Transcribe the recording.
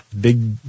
Big